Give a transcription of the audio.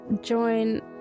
join